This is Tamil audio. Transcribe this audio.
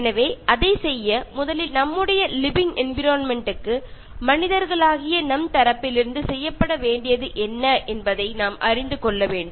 எனவே அதைச் செய்ய முதலில் நம்முடைய லிவிங் என்விரொண்மெண்ட் க்கு மனிதர்களாகிய நம் தரப்பிலிருந்து செய்யப்பட வேண்டியது என்ன என்பதை நாம் அறிந்து கொள்ள வேண்டும்